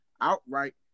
outright